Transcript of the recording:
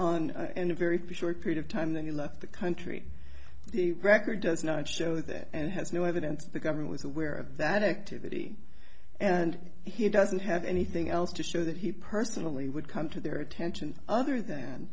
activity in a very short period of time then he left the country the record does not show that and has no evidence the government was aware of that activity and he doesn't have anything else to show that he personally would come to their attention other than